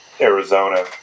Arizona